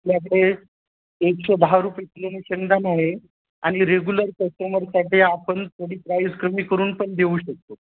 आपल्याकडे एकशे दहा रुपये किलोनी शेंगदाणा आहे आणि रेगुलर कस्टमरसाठी आपण थोडी प्राईस कमी करूनपण देऊ शकतो